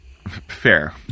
fair